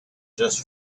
just